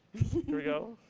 here we go.